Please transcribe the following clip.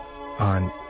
on